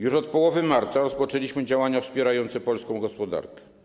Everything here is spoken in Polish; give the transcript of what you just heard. Już od połowy marca rozpoczęliśmy działania wspierające polską gospodarkę.